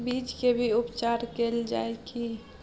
बीज के भी उपचार कैल जाय की?